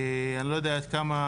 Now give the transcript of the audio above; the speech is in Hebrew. אני לא יודע עד כמה